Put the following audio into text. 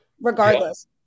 Regardless